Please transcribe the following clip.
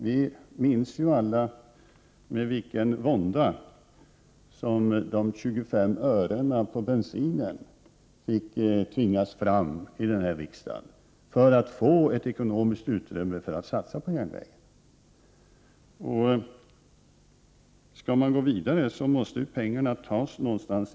Vi minns ju alla med vilken vånda höjningen med 25 öre av bensinpriset fick tvingas igenom i denna riksdag för att få ett ekonomiskt utrymme för satsningen på järnvägen. Vill man gå vidare måste pengar tas någonstans.